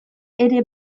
ere